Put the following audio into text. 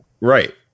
Right